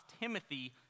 Timothy